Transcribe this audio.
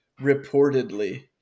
reportedly